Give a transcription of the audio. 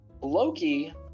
Loki